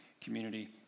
community